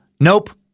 nope